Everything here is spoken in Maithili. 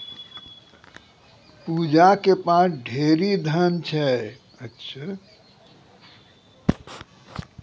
पूजा के पास ढेरी धन छै